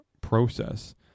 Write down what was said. process